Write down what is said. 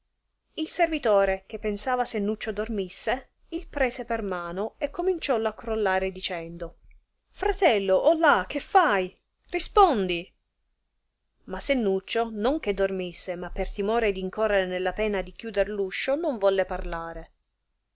il servitore che pensava sennuccio dormisse il prese per mano e cominciollo crollare dicendo fratello o là che fai rispondi ma sennuccio non che dormisse ma per timore di non incorrere nella pena di chiuder l uscio non volse parlare